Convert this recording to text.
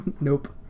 nope